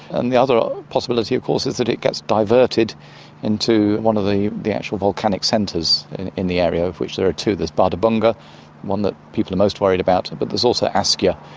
and the other possibility of course is that it gets diverted into one of the the actual volcanic centres in the area, of which there are two. there's bardarbunga, the one that people are most worried about, but there's also askja,